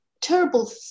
terrible